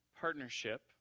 partnership